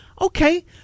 okay